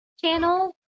channel